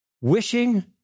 Wishing